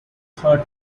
hurt